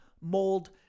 mold